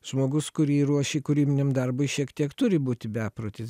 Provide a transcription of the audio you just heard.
žmogus kurį ruoši kūrybiniam darbui šiek tiek turi būti beprotis